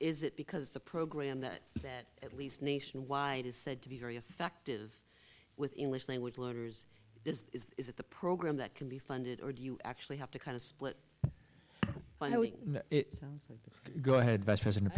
it because the program that at least nationwide is said to be very effective with english language learners this is the program that can be funded or do you actually have to kind of split when we go ahead vice president